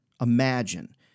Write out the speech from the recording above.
Imagine